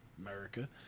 America